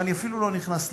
ואני אפילו לא נכנס לסיבות.